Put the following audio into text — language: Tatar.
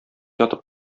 ятып